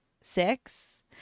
six